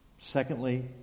Secondly